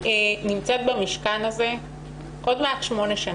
ננסה לגרום לכך שכמה שפחות נערות יגיעו